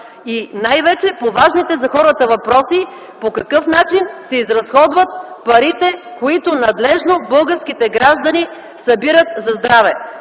и най-вече по важните за хората въпроси – по какъв начин се изразходват парите, които надлежно българските граждани събират за здраве?